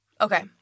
Okay